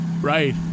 Right